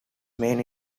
main